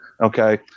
okay